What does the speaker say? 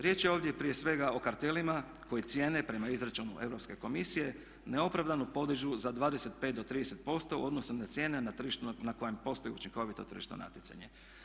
Riječ je ovdje prije svega o kartelima koji cijene prema izračunu Europske komisije neopravdano podižu za 25 do 30% u odnosu na cijene na tržištu na kojem postoji učinkovito tržišno natjecanje.